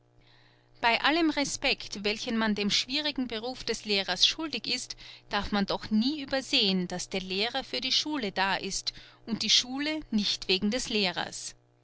bei allem respekt welchen man dem schwierigen beruf des lehrers schuldig ist darf man doch nie übersehen daß der lehrer für die schule da ist und die schule nicht wegen des lehrers